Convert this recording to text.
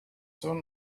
soon